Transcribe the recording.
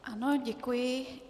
Ano, děkuji.